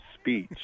speech